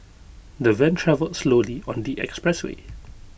the van travelled slowly on the expressway